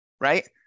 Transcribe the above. right